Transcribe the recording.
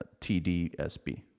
TDSB